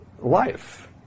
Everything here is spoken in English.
life